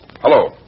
Hello